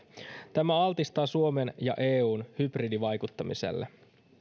tämä altistaa suomen ja eun hybridivaikuttamiselle